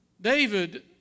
David